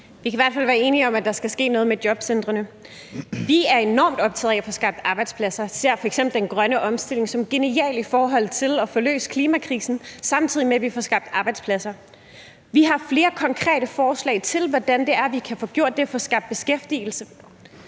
fald være enige om, at der skal ske noget med jobcentrene. Vi er enormt optaget af at få skabt arbejdspladser. Vi ser f.eks. den grønne omstilling som genial i forhold til at få løst klimakrisen, samtidig med at vi får skabt arbejdspladser. Vi har flere konkrete forslag til, hvordan det er, vi kan få gjort det og få skabt beskæftigelse.